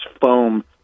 foam